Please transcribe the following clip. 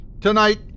Tonight